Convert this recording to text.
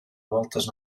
voltes